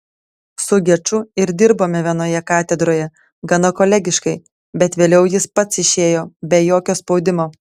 su geču ir dirbome vienoje katedroje gana kolegiškai bet vėliau jis pats išėjo be jokio spaudimo